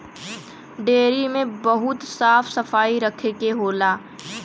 dairy में बहुत साफ सफाई रखे के होला